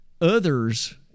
Others